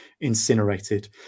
incinerated